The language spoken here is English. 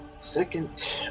Second